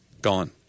Gone